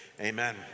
amen